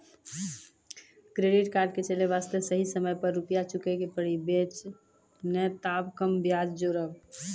Credit card के चले वास्ते सही समय पर रुपिया चुके के पड़ी बेंच ने ताब कम ब्याज जोरब?